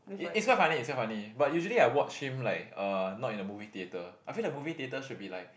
it is quite funny is quite funny but usually I watch him like uh not in a movie theater I feel that movie theater should be like